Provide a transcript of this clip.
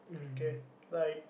okay like